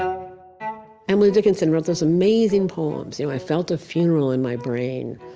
um emily dinkinson wrote those amazing poems. you know i felt a funeral in my brain,